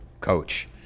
coach